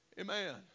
Amen